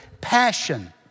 passion